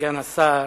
סגן השר,